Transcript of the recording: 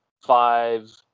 five